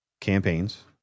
campaigns